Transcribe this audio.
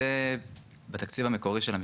אנחנו מתקצבים --- זה בתקציב המקורי של המשרד